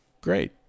Great